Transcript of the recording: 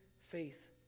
faith